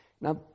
Now